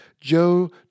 Joe